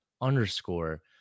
underscore